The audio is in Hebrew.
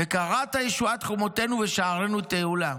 וקראת ישועה חומותינו ושערינו תהִלה".